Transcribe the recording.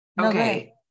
okay